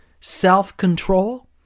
self-control